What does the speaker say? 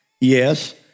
Yes